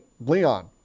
Leon